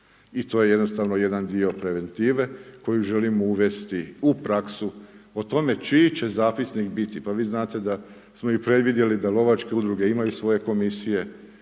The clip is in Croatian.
I to je jednostavno jedan dio preventive koju želimo uvesti u praksu. O tome čiji će zapisnik biti pa vi znate da smo mi predvidjeli da lovačke udruge imaju svoje komisije,